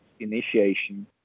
Initiation